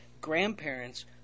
grandparents